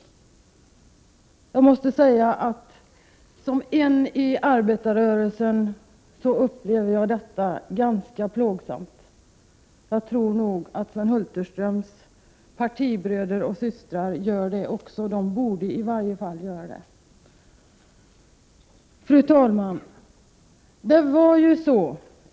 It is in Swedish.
Jag måste säga att jag som medlem av arbetarrörelsen upplever detta som ganska plågsamt, och jag tror nog att Sven Hulterströms partibröder och systrar gör det också. De borde i varje fall göra det. Fru talman!